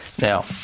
Now